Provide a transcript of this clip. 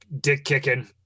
dick-kicking